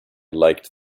liked